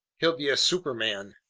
he'll be a superman.